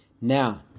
now